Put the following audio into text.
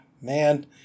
Man